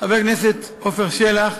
חבר הכנסת עפר שלח,